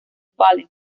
fallen